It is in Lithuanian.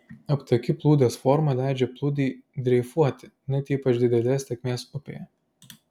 aptaki plūdės forma leidžia plūdei dreifuoti net ypač didelės tėkmės upėje